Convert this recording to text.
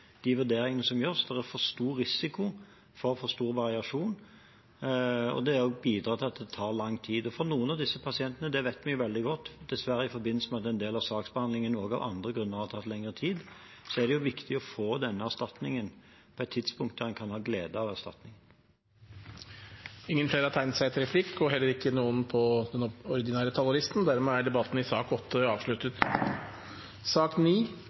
er for stor risiko for for stor variasjon. Det bidrar også til at det tar lang tid. For noen av disse pasientene – og det vet vi veldig godt, at det dessverre i forbindelse med en del av saksbehandlingen, og også av andre grunner, har tatt lengre tid – er det viktig å få den erstatningen på et tidspunkt da en kan ha glede av erstatningen. Replikkordskiftet er omme. Flere har ikke bedt om ordet til sak nr. 8. Etter ønske fra helse- og omsorgskomiteen vil presidenten ordne debatten